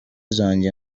zanjye